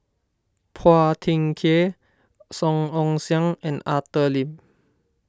Phua Thin Kiay Song Ong Siang and Arthur Lim